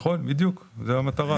נכון, בדיוק, זאת המטרה.